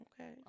Okay